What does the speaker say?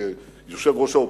יושבת-ראש האופוזיציה.